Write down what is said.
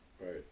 Right